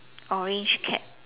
orange cap